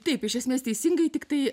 taip iš esmės teisingai tiktai